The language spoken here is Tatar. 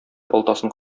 балтасын